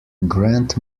grant